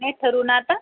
नाही ठरवू ना आता